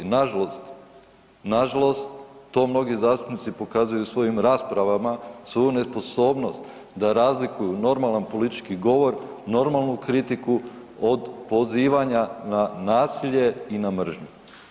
Nažalost, nažalost to mnogi zastupnici pokazuju svojim raspravama svoju nesposobnost da razlikuju normalan politički govor, normalnu kritiku od pozivanja na nasilje i na mržnju.